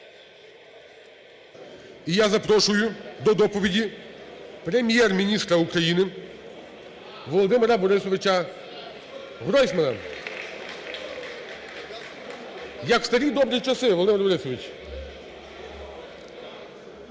І я запрошую до доповіді Прем'єр-міністра України Володимира Борисовича Гройсмана. Як в старі добрі часи, Володимир Борисович.